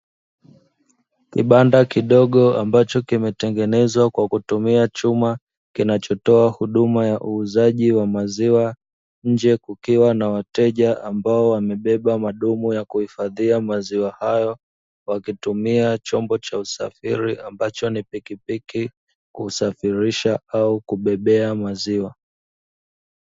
Kibanda kidogo ambacho kimetengenezwa kwa kutumia chuma, kinachotoa huduma ya uuzaji wa maziwa, nje kukiwa na wateja ambao wamebeba madumu ya kuhifadhia maziwa hayo, wakitumia chombo cha usafiri ambacho ni pikipiki kusafirisha au kubebea maziwa.